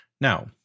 Now